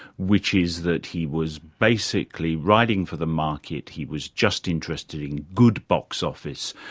which is that he was basically writing for the market, he was just interested in good box office,